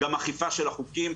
גם אכיפה של החוקים.